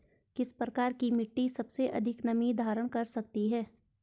किस प्रकार की मिट्टी सबसे अधिक नमी धारण कर सकती है?